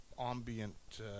ambient